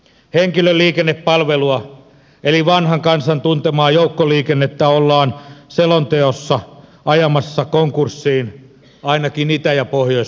henkilöliikennepalvelua eli vanhan kansan tuntemana joukkoliikennettä ollaan selonteossa ajamassa konkurssiin ainakin itä ja pohjois suomessa